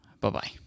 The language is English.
bye-bye